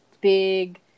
big